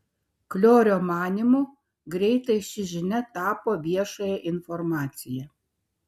kliorio manymu greitai ši žinia tapo viešąja informacija